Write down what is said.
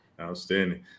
Outstanding